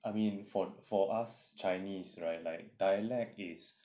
I mean for for us chinese right like dialect is